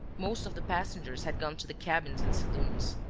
most of the passengers had gone to the cabins and saloons.